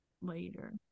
later